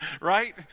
right